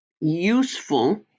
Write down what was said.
useful